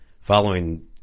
following